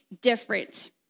different